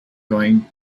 going